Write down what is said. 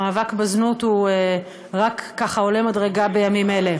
המאבק בזנות הוא רק ככה עולה מדרגה בימים אלה.